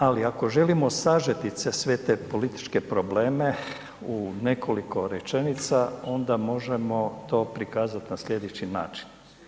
Ali ako želimo sažeti sve te političke probleme u nekoliko rečenica, onda možemo to prikazati na sljedeći način.